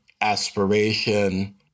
aspiration